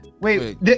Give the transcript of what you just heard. Wait